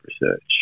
research